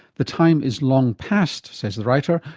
the time is long past says the writer,